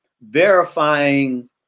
verifying